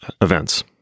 events